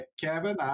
Kevin